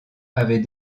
avait